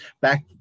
back